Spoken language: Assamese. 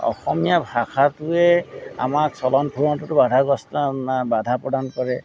অসমীয়া ভাষাটোৱে আমাক চলন ফুৰণটোতো বাধাগ্ৰস্ত বাধা প্ৰদান কৰে